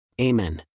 Amen